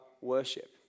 Worship